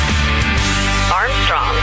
Armstrong